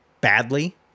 badly